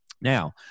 Now